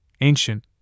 ancient